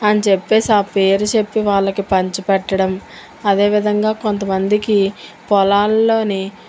అని చెప్పి ఆ పేరు చెప్పి వాళ్ళకి పంచిపెట్టడం అదేవిధంగా కొంతమందికి పొలాలలో